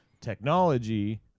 technology